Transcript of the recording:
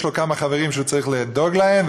יש לו כמה חברים שהוא צריך לדאוג להם,